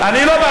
כן, זה באמת